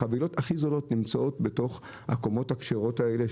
החבילות הכי זולות נמצאות בקומות הכשרות האלה,